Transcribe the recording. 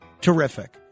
terrific